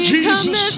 Jesus